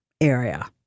area